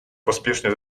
pospiesznie